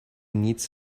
needs